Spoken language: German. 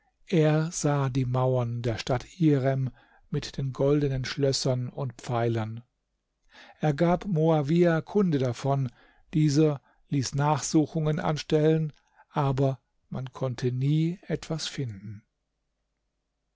er sah die mauern der stadt irem mit den goldenen schlössern und pfeilern er gab moawiah kunde davon dieser ließ nachsuchungen anstellen aber man konnte nie etwas finden